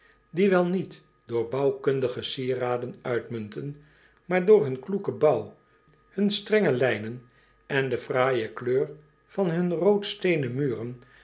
die wel niet door bouwkundige sieraden uitmunten maar door hun kloeken bouw hun strenge lijnen en de fraaije kleur van hun roodsteenen muren